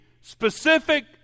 specific